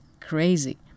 crazy